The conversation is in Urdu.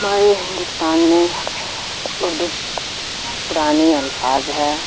ہمارے ہندوستان میں اردو پرانی الفاظ ہے